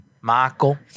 Michael